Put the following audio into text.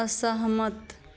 असहमत